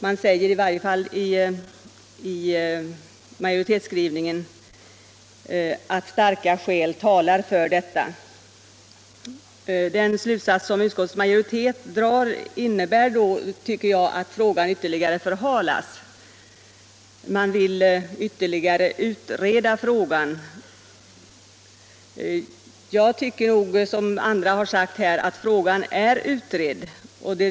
Man säger i varje fall i utskottets skrivning att starka skäl talar för detta. Den slutsats utskottsmajoriteten drar innebär dock att frågan förhalas, tycker jag. Man vill utreda frågan ytterligare. Jag tycker nog att frågan är utredd.